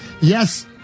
yes